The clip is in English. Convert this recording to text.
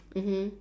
mmhmm